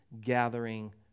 gathering